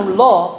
law